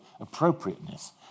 appropriateness